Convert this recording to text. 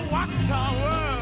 Watchtower